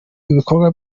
ibikorwa